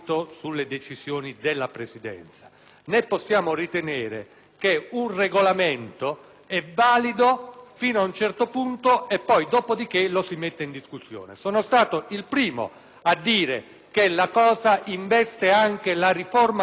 Né possiamo ritenere che un Regolamento è valido fino a un certo punto, dopodiché lo si mette in discussione. Sono stato il primo a dire che la questione investe anche la modifica del Regolamento, soprattutto in relazione alla